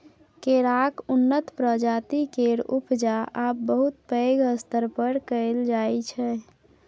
केराक उन्नत प्रजाति केर उपजा आब बहुत पैघ स्तर पर कएल जाइ छै